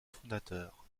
fondateurs